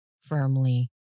firmly